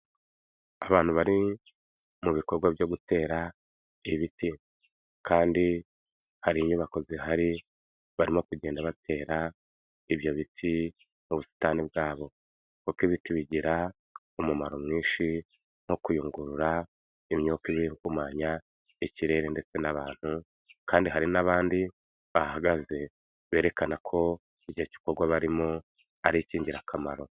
Abantu bari mu bikorwa byo gutera ibiti kandi hari inyubako zihari, barimo kugenda batera ibyo biti mu busitani bwabo kuko ibiti bigira umumaro mwinshi nko kuyungurura imyuka iba ihumanya ikirere ndetse n'abantu kandi hari n'abandi bahagaze berekana ko icyo gikorwa barimo ari ik'ingirakamaro.